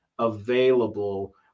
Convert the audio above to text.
available